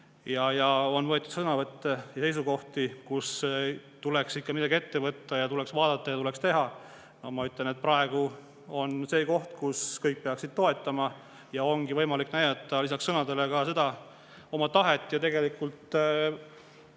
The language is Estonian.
On tehtud sõnavõtte ja võetud seisukohti, et tuleks ikka midagi ette võtta, tuleks vaadata ja tuleks teha. Aga ma ütlen, et praegu on see koht, kus kõik peaksid toetama ja ongi võimalik näidata lisaks sõnadele ka seda oma tahet ja lasta